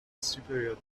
superior